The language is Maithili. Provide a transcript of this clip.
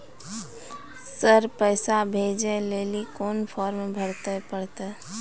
सर पैसा भेजै लेली कोन फॉर्म भरे परतै?